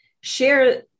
share